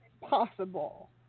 Possible